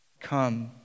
Come